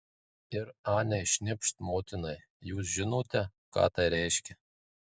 ir anei šnipšt motinai jūs žinote ką tai reiškia